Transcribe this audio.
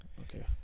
Okay